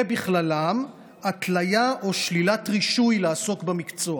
ובכללם התליה או שלילה של רישיון לעסוק במקצוע.